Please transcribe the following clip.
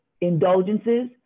indulgences